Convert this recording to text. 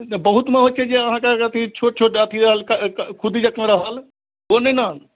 बहुतमे होइ छै जे अहाँके अथी छोट छोट अथी रहल खुद्दी जकाँ रहल ओ नहि ने